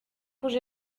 rouges